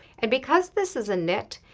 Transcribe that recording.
and because this is a knit,